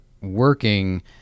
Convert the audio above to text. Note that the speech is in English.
working